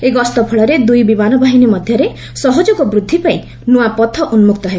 ଏହି ଗସ୍ତ ଫଳରେ ଦୁଇ ବିମାନ ବାହିନୀ ମଧ୍ୟରେ ସହଯୋଗ ବୃଦ୍ଧି ପାଇଁ ନ୍ତ୍ରଆପଥ ଉନ୍କକ୍ତ ହେବ